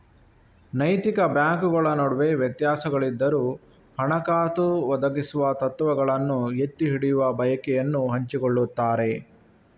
ನೈತಿಕ ಬ್ಯಾಂಕುಗಳ ನಡುವೆ ವ್ಯತ್ಯಾಸಗಳಿದ್ದರೂ, ಹಣಕಾಸು ಒದಗಿಸುವ ತತ್ವಗಳನ್ನು ಎತ್ತಿ ಹಿಡಿಯುವ ಬಯಕೆಯನ್ನು ಹಂಚಿಕೊಳ್ಳುತ್ತಾರೆ